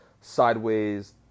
sideways